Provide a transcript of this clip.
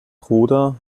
bruder